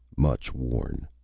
much worn.